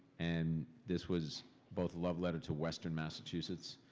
and this was both love letter to western massachusetts,